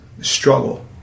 struggle